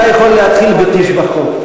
אתה יכול להתחיל בתשבחות.